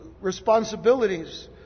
responsibilities